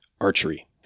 archery